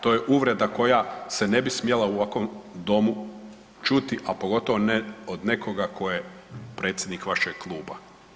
To je uvreda koja se ne bi smjela u ovakvom domu čuti, a pogotovo ne od nekoga ko je predsjednik vašeg kluba.